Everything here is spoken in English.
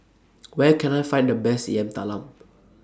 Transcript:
Where Can I Find The Best Yam Talam